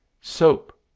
Soap